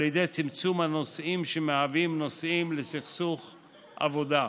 על ידי צמצום הנושאים שמהווים נושאים לסכסוך עבודה.